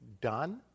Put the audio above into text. done